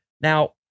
now